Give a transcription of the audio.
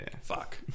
Fuck